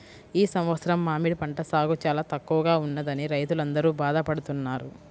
ఈ సంవత్సరం మామిడి పంట సాగు చాలా తక్కువగా ఉన్నదని రైతులందరూ బాధ పడుతున్నారు